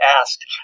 asked